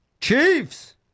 Chiefs